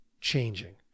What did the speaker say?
changing